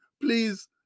please